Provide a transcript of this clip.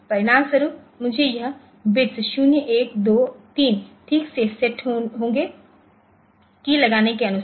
परिणामस्वरूप मुझे यह बिट्स 0 1 2 3 ठीक से सेट होंगे कीय लगाने के अनुसार